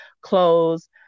clothes